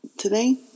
today